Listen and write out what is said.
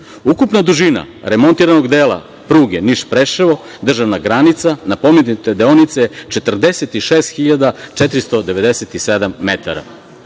Ukupna dužina remontiranog dela pruge Niš-Preševo-državna granica na pomenutoj deonici je 46.497 metara. Prema